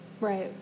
Right